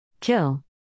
Kill